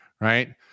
right